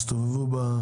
יסתובבו?